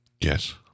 Yes